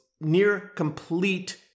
near-complete